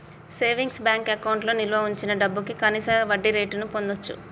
savings bank అకౌంట్లో నిల్వ వుంచిన డబ్భుకి కనీస వడ్డీరేటును పొందచ్చు